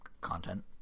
content